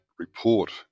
report